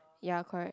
ya correct